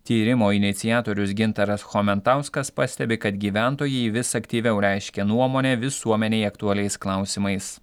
tyrimo iniciatorius gintaras chomentauskas pastebi kad gyventojai vis aktyviau reiškia nuomonę visuomenei aktualiais klausimais